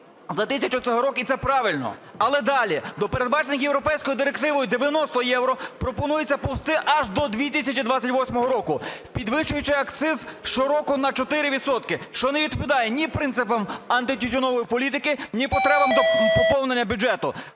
за тисячу цигарок, і це правильно. Але далі: до передбачених Європейською директивою 90 євро пропонується повзти аж до 2028 року, підвищуючи акциз щороку на 4 відсотки, що не відповідає ні принципам антитютюнової політики, ні потребам поповнення бюджету.